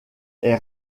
est